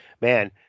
man